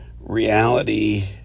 reality